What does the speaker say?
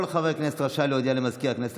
כל חבר כנסת רשאי להודיע למזכיר הכנסת